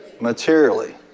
materially